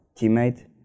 teammate